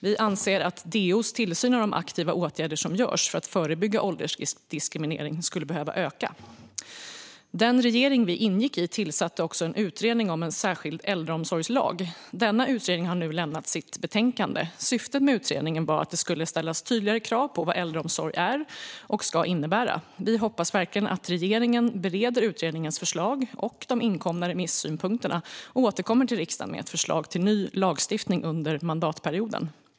Vi anser att DO:s tillsyn av de aktiva åtgärder som vidtas för att förebygga åldersdiskriminering skulle behöva öka. Den regering vi ingick i tillsatte också en utredning om en särskild äldreomsorgslag. Denna utredning har nu lämnat sitt betänkande. Syftet med utredningen var att det skulle ställas tydligare krav på vad äldreomsorg är och ska innebära. Vi hoppas verkligen att regeringen bereder utredningens förslag och de inkomna remissynpunkterna samt återkommer till riksdagen med ett förslag till ny lagstiftning under mandatperioden.